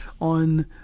on